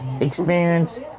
experience